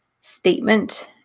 statement